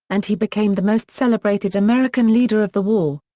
and he became the most celebrated american leader of the war.